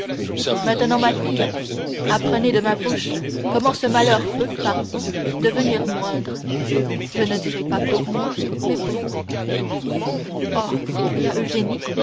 maintenant ma fille apprenez de ma bouche comment ce malheur peut par vous devenir moindre je ne dirai pas pour moi mais pour vous oh s'écria eugénie